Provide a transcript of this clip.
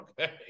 Okay